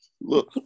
look